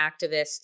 activist